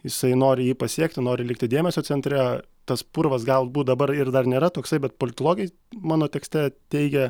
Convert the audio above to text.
jisai nori jį pasiekti nori likti dėmesio centre tas purvas galbūt dabar ir dar nėra toksai bet politologai mano tekste teigia